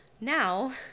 now